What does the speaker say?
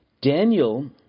Daniel